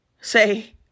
Say